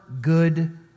good